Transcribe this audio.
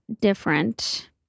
different